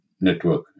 network